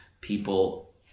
people